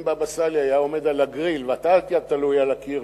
אם בבא סאלי היה עומד על הגריל ואתה היית תלוי על הקיר,